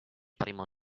primo